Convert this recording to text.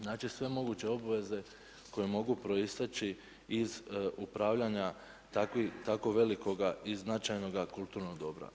Znači sve moguće obveze koje mogu proisteći iz upravljanja tako velikoga i značajnoga kulturnog dobra.